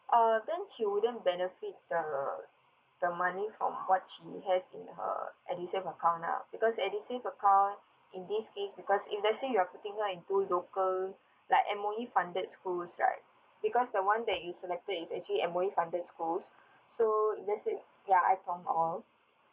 uh then she wouldn't benefit the the money from what she has in her edusave account lah because edusave account in this case because if let's say you're putting her into duke like M_O_E funded schools right because the one that you selected is actually M_O_E funded schools so if let's say ya ai tong or